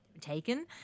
taken